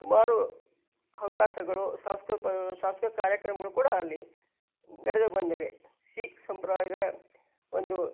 ಸುಮಾರು ಹವ್ಯಾಸಗಳು ಸಾಂಸ್ಕೃತ್ ಸಾಂಸ್ಕೃತ್ಕ ಕಾರ್ಯಕ್ರಮಗಳು ಕೂಡ ಅಲ್ಲಿ ನಡೆದು ಬಂದಿವೆ ಸಿಖ್ ಸಂಪ್ರದಾಯದ ಒಂದು